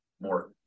more